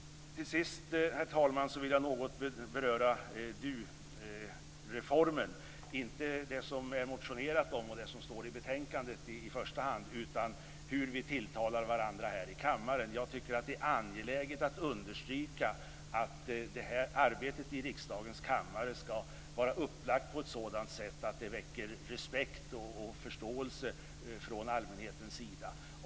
Till sist, herr talman, vill jag något beröra dureformen. Jag syftar inte i första hand på motionsförslaget och på det som anförs i betänkandet utan på hur vi tilltalar varandra här i kammaren. Jag tycker att det är angeläget att understryka att arbetet i riksdagens kammare skall vara upplagt på ett sådant sätt att det väcker respekt och förståelse från allmänhetens sida.